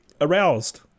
aroused